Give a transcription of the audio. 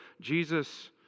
Jesus